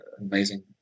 amazing